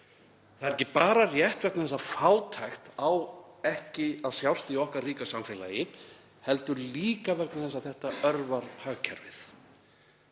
Það er ekki bara rétt vegna þess að fátækt á ekki að sjást í okkar ríka samfélagi heldur líka vegna þess að það örvar hagkerfið.